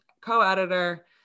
co-editor